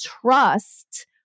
trust